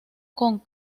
con